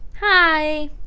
hi